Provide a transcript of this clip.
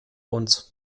uns